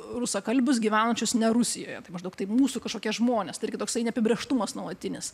rusakalbius gyvenančius ne rusijoje tai maždaug tai mūsų kažkokie žmonės irgi toksai neapibrėžtumas nuolatinis